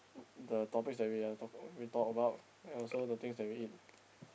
the topics that we are talking we talk about and also the things that we eat